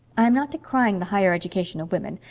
i am not decrying the higher education of women.